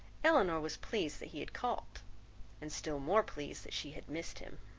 elinor was pleased that he had called and still more pleased that she had missed him.